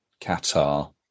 Qatar